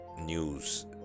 news